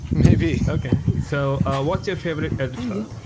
maybe. okay. so what's your favorite editor?